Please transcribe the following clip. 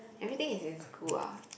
everything is in school ah